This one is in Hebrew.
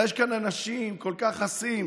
יש כאן אנשים שכל כך חסים